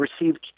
received